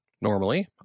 Normally